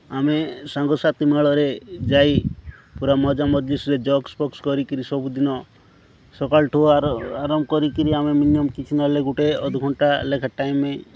ଆମେ ସାଙ୍ଗସାଥି ମେଳରେ ଯାଇ ପୁରା ମଜା ମଜ୍ଲିସ୍ରେ ଜୋକ୍ସ ଫୋକ୍ସ କରିକରି ସବୁଦିନ ସକାଳଠୁ ଆରମ୍ବ କରିକରି ଆମେ ମିନିମମ୍ କିଛି ନ ହେଲେ ଗୋଟେ ଅଧଘଣ୍ଟା ଲେଖା ଟାଇମ୍ରେ